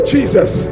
Jesus